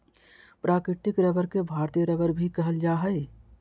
प्राकृतिक रबर के भारतीय रबर भी कहल जा हइ